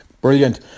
Brilliant